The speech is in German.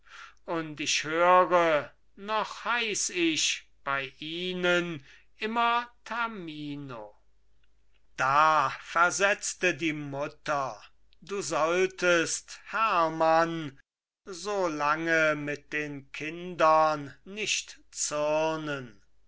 und ich höre noch heiß ich bei ihnen immer tamino da versetzte die mutter du solltest hermann so lange mit den kindern nicht zürnen